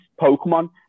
Pokemon